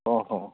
ஓஹோ